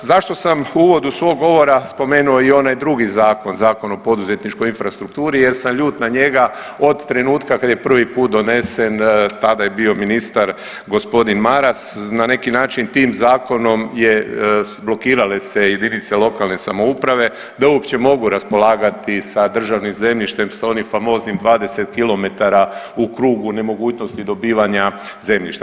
Zašto sam u uvodu svog govora spomenuo i onaj drugi zakon, Zakon o poduzetničkoj infrastrukturi jer sam ljut na njega od trenutka kad je prvi put donesen, tada je bio ministar g. Maras, na neki način tim zakonom je blokirale se jedinice lokalne samouprave da uopće mogu raspolagati sa državnim zemljištem sa onim famoznim 20 km u krugu nemogućnosti dobivanja zemljišta.